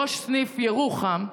ראש סניף ירוחם,